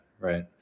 Right